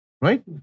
Right